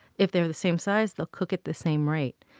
if they're the same size they'll cook at the same rate.